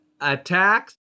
attacks